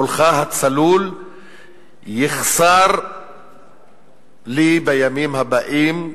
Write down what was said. קולך הצלול יחסר לי בימים הבאים,